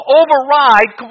override